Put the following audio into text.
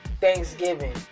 Thanksgiving